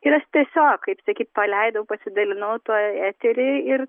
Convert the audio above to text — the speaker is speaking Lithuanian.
ir aš tiesiog kaip sakyt paleidau pasidalinau tuo etery ir